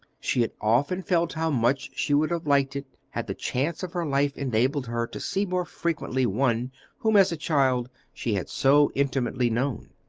she had often felt how much she would have liked it had the chance of her life enabled her to see more frequently one whom as a child she had so intimately known.